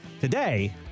today